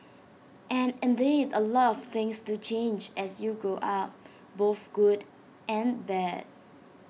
and indeed A lot of things do change as you grow up both good and bad